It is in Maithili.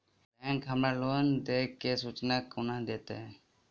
बैंक हमरा लोन देय केँ सूचना कोना देतय?